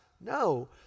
No